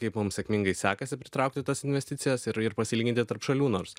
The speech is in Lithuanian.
kaip mum sėkmingai sekasi pritraukti tas investicijas ir ir pasilyginti tarp šalių nors